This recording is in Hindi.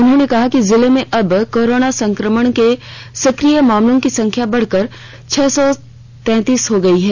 उन्होंने कहा कि जिले में अब कोरोना संक्रमण के सक्रिय मामलों की संख्या बढ़कर छह सौ तैंतीस हो गई है